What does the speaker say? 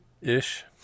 ish